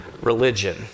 religion